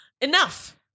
Enough